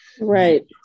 Right